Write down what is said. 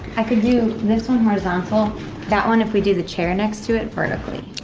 i could do this one horizontal that one if we do the chair next to it vertically